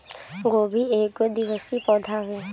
गोभी एगो द्विवर्षी पौधा हवे